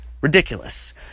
ridiculous